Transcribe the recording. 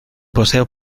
paseo